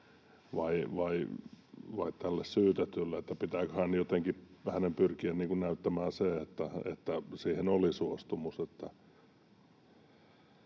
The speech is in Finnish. tämän syytetyn pyrkiä näyttämään se, että siihen oli suostumus?